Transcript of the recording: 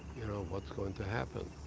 you know, what's going to happen?